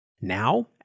Now